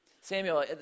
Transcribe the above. Samuel